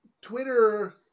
Twitter